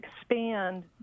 expand